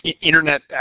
internet